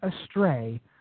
astray